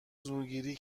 زورگیری